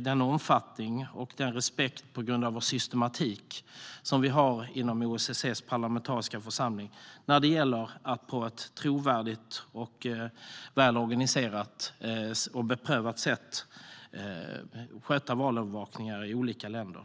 denna omfattning och denna respekt på grund av den systematik som vi har inom OSSE:s parlamentariska församling när det gäller att på ett trovärdigt, väl organiserat och beprövat sätt sköta valövervakningar i olika länder.